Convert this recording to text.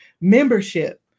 membership